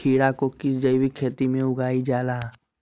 खीरा को किस जैविक खेती में उगाई जाला?